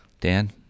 Dan